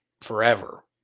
forever